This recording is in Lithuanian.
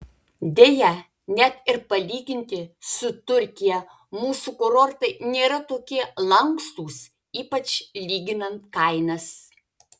deja net ir palyginti su turkija mūsų kurortai nėra tokie lankstūs ypač lyginant kainas